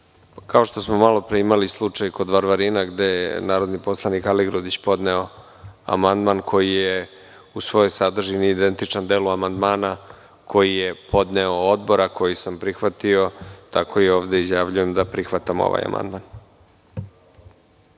Kao što smo malo pre imali slučaj kod Varvarina gde je narodni poslanik Aligrudić podneo amandman koji je u svojoj sadržini identičan delu amandmana koji je podneo Odbor, a koji sam prihvatio, tako i ovde izjavljujem da prihvatam ovaj amandman.